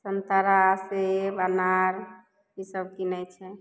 सन्तरा सेब अनार इसब कीनय छै